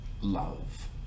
love